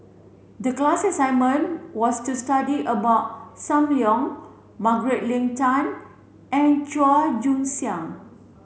the class assignment was to study about Sam Leong Margaret Leng Tan and Chua Joon Siang